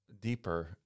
deeper